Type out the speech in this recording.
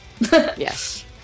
Yes